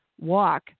walk